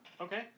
Okay